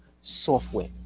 software